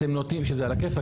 שזה על הכיפאק,